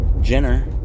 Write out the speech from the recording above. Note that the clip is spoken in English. Jenner